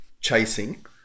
chasing